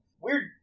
Weird